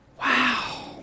Wow